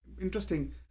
Interesting